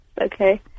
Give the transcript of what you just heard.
Okay